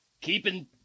Keeping